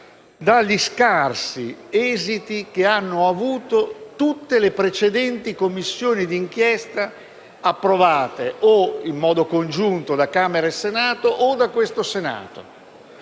agli scarsi esiti che hanno avuto tutte le precedenti Commissioni d'inchiesta istituite, in modo congiunto da Camera e Senato o dal solo Senato: